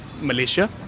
Malaysia